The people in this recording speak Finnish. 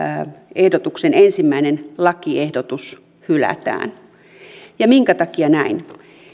ehdotuksen ensimmäinen lakiehdotus hylätään minkä takia näin